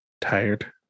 tired